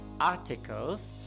articles